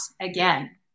again